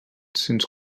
cents